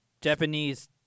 Japanese